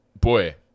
boy